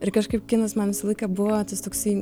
ir kažkaip kinas man visą laiką buvo tas toksai